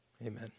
Amen